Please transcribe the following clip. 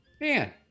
man